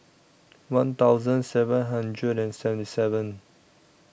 one thousand seven hundred and seventy seven